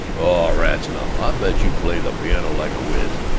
oh, rats now! i bet you play the piano like a wiz.